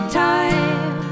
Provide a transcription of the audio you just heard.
time